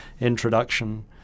introduction